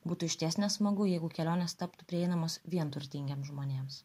būtų išties nesmagu jeigu kelionės taptų prieinamos vien turtingiems žmonėms